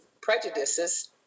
prejudices